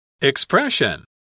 Expression